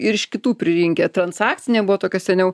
ir iš kitų pririnkę transakcinė buvo tokia seniau